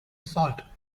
salt